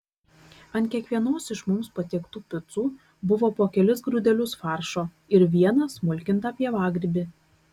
ant kiekvienos iš mums patiektų picų buvo po kelis grūdelius faršo ir vieną smulkintą pievagrybį